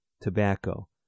tobacco